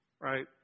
right